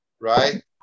right